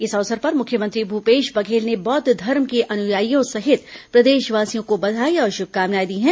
इस अवसर पर मुख्यमंत्री भूपेश बघेल ने बौद्ध धर्म के अनुयायियों सहित प्रदेशवासियों को बधाई और शुभकामनाएं दी हैं